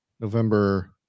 November